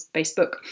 Facebook